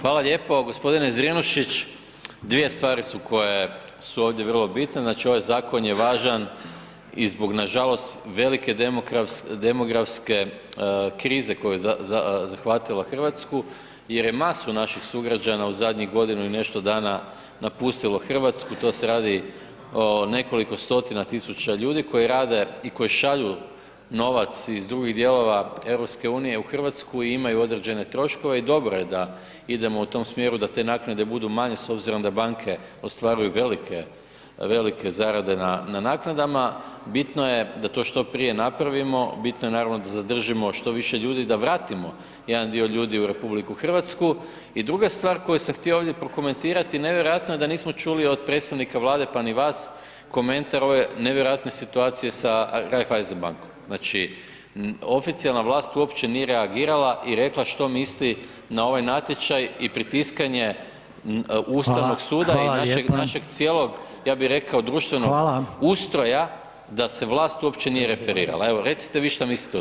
Hvala lijepo. g. Zrinušić, dvije stvari su koje su ovdje vrlo bitne, znači ovaj zakon je važan i zbog nažalost velike demografske krize koja je zahvatila RH jer je masu naših sugrađana u zadnjih godinu i nešto dana napustilo RH, to se radi o nekoliko stotina tisuća ljudi koji rade i koji šalju novac iz drugih dijelova EU u RH i imaju određene troškove i dobro je da idemo u tom smjeru da te naknade budu manje s obzirom da banke ostvaruju velike, velike zarade na, na naknadama, bitno je da to što prije napravimo, bitno je naravno da zadržimo što više ljudi, da vratimo jedan dio ljudi u RH i druga stvar koju sam htio ovdje prokomentirati nevjerojatno je da nismo čuli od predstavnika Vlade, pa ni vas, komentar ove nevjerojatne situacije sa Raiffeisbank-om, znači oficijelna vlast uopće nije reagirala i rekla što misli na ovaj natječaj i pritiskanje [[Upadica: Hvala, hvala lijepa]] Ustavnog suda i našeg, našeg cijelog ja bi rekao društvenog [[Upadica: Hvala]] ustroja da se vlast uopće nije referirala, evo recite vi šta mislite o tome?